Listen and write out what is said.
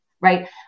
right